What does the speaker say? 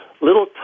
little